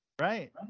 Right